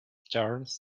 turns